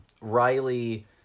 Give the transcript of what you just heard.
Riley